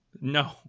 no